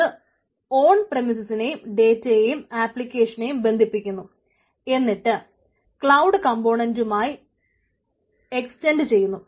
അത് ഓൺ പ്രെമിസസിനേയും ഡേറ്റയെയും ആപ്ലിക്കേഷനെയും ബന്ധിപ്പിക്കുന്നു എന്നിട്ട് ക്ലൌഡ് കംപോണന്റുമായി എക്സ്റ്റഡ് ചെയ്യുന്നു